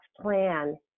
plan